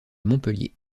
montpellier